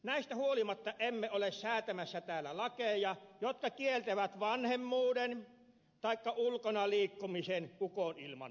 näistä huolimatta emme ole säätämässä täällä lakeja jotka kieltävät vanhemmuuden taikka ulkona liikkumisen ukonilman aikana